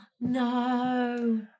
No